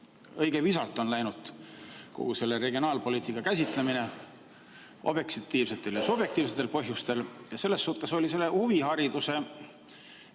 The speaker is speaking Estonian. Õige visalt on läinud kogu selle regionaalpoliitika käsitlemine, seda objektiivsetel ja subjektiivsetel põhjustel. Selles suhtes oli selle huvihariduse